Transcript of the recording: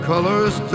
Colors